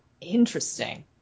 Interesting